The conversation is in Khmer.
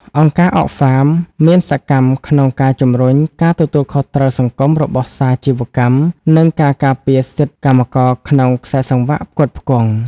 អង្គការ Oxfam មានសកម្មក្នុងការជំរុញ "ការទទួលខុសត្រូវសង្គមរបស់សាជីវកម្ម " និងការការពារសិទ្ធិកម្មករក្នុងខ្សែសង្វាក់ផ្គត់ផ្គង់។